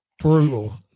brutal